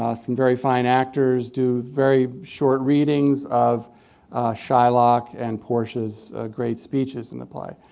ah some very fine actors do very short readings of shylock and portia's great speeches in the play.